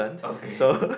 okay